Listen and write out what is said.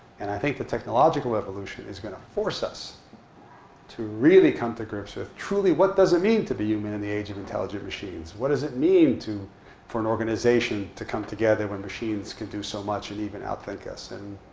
and i think the technological evolution is going to force us to really come to grips with truly what does it mean to be human in the age of intelligent machines? what does it mean for for an organization to come together when machines can do so much, and even out-think us? and